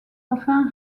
enfin